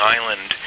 Island